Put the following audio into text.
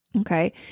Okay